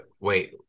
Wait